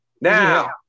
Now